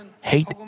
hate